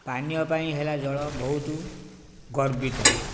ପାନୀୟ ପାଇଁ ହେଲା ଜଳ ବହୁତ ଗର୍ବିତ